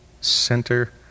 center